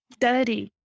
dirty